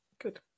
Good